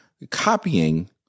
copying